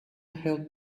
held